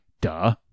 Duh